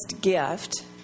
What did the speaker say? gift